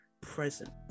present